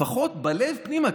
לפחות בלב פנימה,